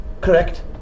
Correct